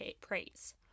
praise